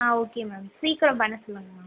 ஆ okay ma'am சீக்கிரம் பண்ண சொல்லுங்கள் மேம்